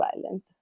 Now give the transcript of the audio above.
violent